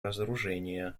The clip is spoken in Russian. разоружения